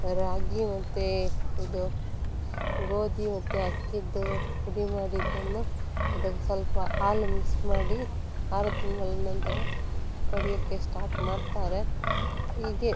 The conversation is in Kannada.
ರಾಗಿ ಮತ್ತು ಇದು ಗೋಧಿ ಮತ್ತು ಅಕ್ಕಿದು ಪುಡಿ ಮಾಡಿದ್ದನ್ನು ಅದಕ್ಕೆ ಸ್ವಲ್ಪ ಹಾಲು ಮಿಕ್ಸ್ ಮಾಡಿ ಆರು ತಿಂಗಳ ನಂತರ ಕೊಡಲಿಕ್ಕೆ ಸ್ಟಾರ್ಟ್ ಮಾಡ್ತಾರೆ ಹೀಗೆ